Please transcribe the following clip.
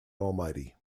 almighty